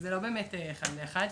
זה לא באמת אחד לאחד,